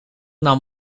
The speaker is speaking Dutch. nam